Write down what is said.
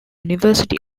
university